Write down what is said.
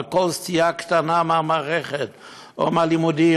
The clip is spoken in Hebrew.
וכל סטייה קטנה מהמערכת או מהלימודים,